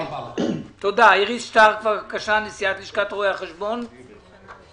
איריס שטרק, נשיאת לשכת רואי החשבון, בבקשה.